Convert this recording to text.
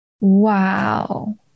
wow